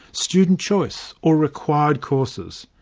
student choice or required courses?